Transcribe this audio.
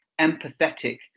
empathetic